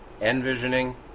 envisioning